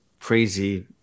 crazy